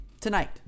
tonight